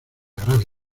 grave